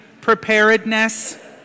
preparedness